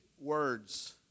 words